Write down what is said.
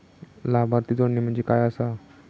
लाभार्थी जोडणे म्हणजे काय आसा?